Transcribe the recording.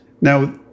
Now